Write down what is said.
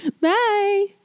Bye